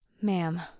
Ma'am